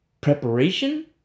preparation